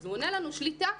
הוא עונה לנו - שליטה.